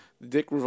Dick